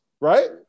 right